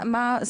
הם כבר פונים?